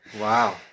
wow